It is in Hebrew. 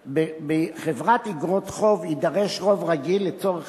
בחברת איגרות חוב יידרש רוב רגיל לצורך